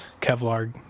kevlar